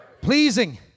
Pleasing